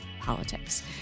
politics